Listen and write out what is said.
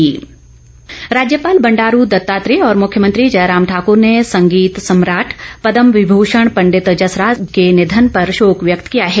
शोक व्यक्त राज्यपाल बंडारू दत्तात्रेय और मुख्यमंत्री जयराम ठाकुर ने संगीत सम्राट पदमविभूषण पंडित जसराज के निधन पर शोक व्यक्त किया है